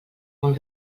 molt